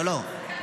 לא, לא.